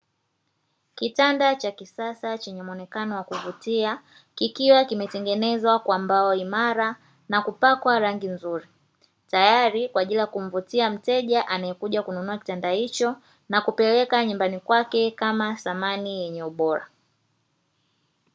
Kitanda cha kisasa chenye muonekano wa kuvutia, kikiwa kimetengenezwa kwa mbao imara na kupakwa rangi nzuri; tayari kwa ajili ya kumvutia mteja anayekuja kununua kitanda hicho na kupeleka nyumbani kwake kama samani yenye ubora.